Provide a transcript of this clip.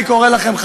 אני קורא לכם,